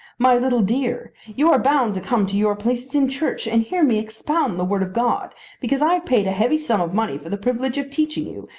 my little dear you are bound to come to your places in church and hear me expound the word of god because i have paid a heavy sum of money for the privilege of teaching you,